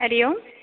हरिः ओम्